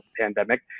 pandemic